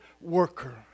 worker